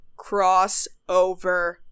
Crossover